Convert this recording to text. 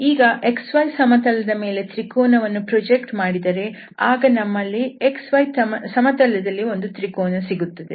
ನಾವು xy ಸಮತಲದ ಮೇಲೆ ತ್ರಿಕೋನವನ್ನು ಪ್ರೊಜೆಕ್ಟ್ ಮಾಡಿದರೆ ಆಗ ನಮಗೆ xy ಸಮತಲದಲ್ಲಿ ಒಂದು ತ್ರಿಕೋನ ಸಿಗುತ್ತದೆ